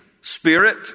spirit